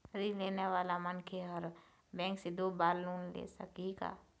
ऋण लेने वाला मनखे हर बैंक से दो बार लोन ले सकही का?